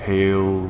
Hail